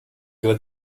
gré